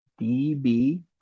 DB